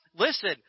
Listen